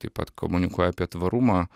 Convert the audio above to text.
taip pat komunikuoju apie tvarumą